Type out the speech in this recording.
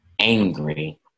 angry